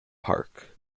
park